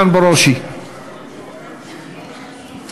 אנחנו עוברים לדיון בהצעת החוק.